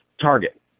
target